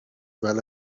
well